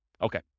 Okay